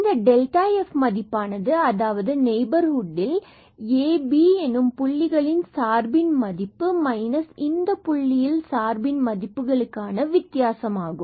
இந்த delta f மதிப்பானது அதாவது நெய்பர்ஹுட்டில் ab புள்ளிகளின் சார்பில் மதிப்பு மைனஸ் இந்த புள்ளியில் சார்பின் மதிப்புகளுக்கான வித்தியாசமாகும்